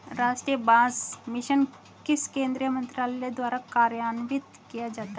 राष्ट्रीय बांस मिशन किस केंद्रीय मंत्रालय द्वारा कार्यान्वित किया जाता है?